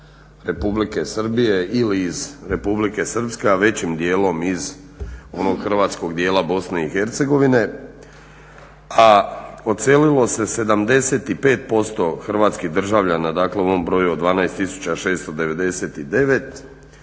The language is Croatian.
Republike Srbije ili iz Republike Srpske a većim dijelom iz onog hrvatskog dijela BiH, a odselilo se 75% hrvatskih državljana dakle u ovom broju od 12699